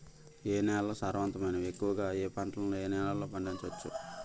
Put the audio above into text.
ఏ నేలలు సారవంతమైనవి? ఎక్కువ గా పంటలను ఏ నేలల్లో పండించ వచ్చు?